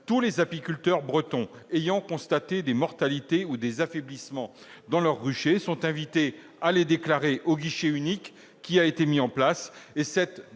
Tous les apiculteurs bretons ayant constaté des mortalités ou des affaiblissements dans leurs ruchers sont invités à les déclarer au guichet unique qui a été mis en place.